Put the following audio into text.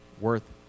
worth